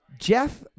Jeff